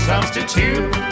Substitute